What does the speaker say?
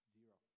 Zero